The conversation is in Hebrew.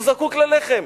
הוא זקוק ללחם.